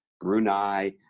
Brunei